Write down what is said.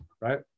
right